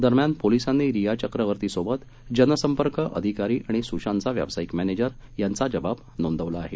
दरम्यान पोलिसांनी रिया चक्रवर्तीसोबत जनसंपर्क अधिकारी आणि सुशांतचा व्यावसायिक मॅनेजर यांचा जबाब नोंदवला आहे